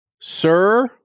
Sir